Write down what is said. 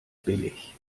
billig